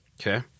Okay